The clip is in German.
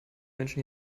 menschen